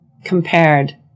compared